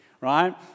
right